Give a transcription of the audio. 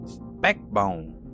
Backbone